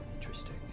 Interesting